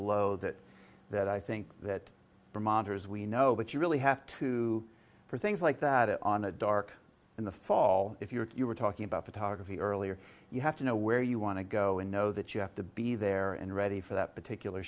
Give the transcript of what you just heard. glow that that i think that the monitors we know that you really have to for things like that on a dark in the fall if you're talking about photography earlier you have to know where you want to go and know that you have to be there and ready for that particular